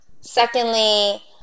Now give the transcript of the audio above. Secondly